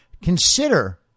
Consider